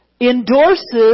endorses